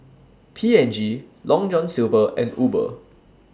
P and G Long John Silver and Uber